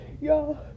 y'all